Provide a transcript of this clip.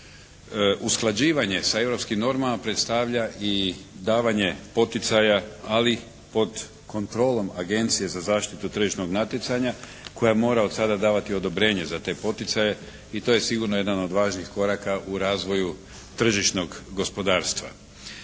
Usklađivanje sa europskim normama predstavlja i davanje poticaja ali pod kontrolom Agencije za zaštitu tržišnog natjecanja koja mora od sada davati odobrenje za te poticaje i to je sigurno jedan od važnih koraka u razvoju tržišnog gospodarstva.